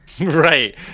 Right